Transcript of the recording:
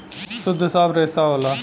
सुद्ध साफ रेसा होला